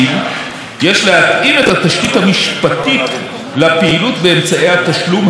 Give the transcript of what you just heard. יש להתאים את התשתית המשפטית לפעילות באמצעי התשלום המתקדמים.